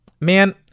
man